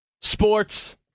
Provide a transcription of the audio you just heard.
sports